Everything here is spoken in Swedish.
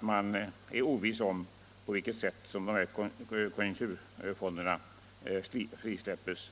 man är oviss om på vilket sätt dessa konjunkturfonder frisläpps.